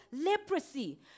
leprosy